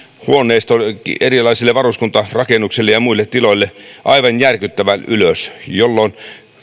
huoneistoille erilaisille varuskuntarakennuksille ja muille tiloille aivan järkyttävän ylös jolloin